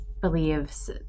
believes